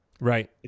Right